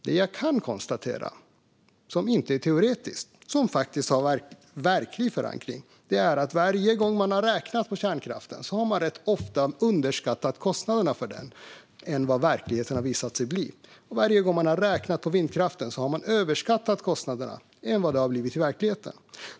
Det jag dock kan konstatera, vilket inte är teoretiskt utan har verklig förankring, är att man när man har räknat på kärnkraften rätt ofta har underskattat kostnaderna jämfört med vad de visat sig bli i verkligheten. Och varje gång man har räknat på vindkraften har man överskattat kostnaderna jämfört med verkligheten.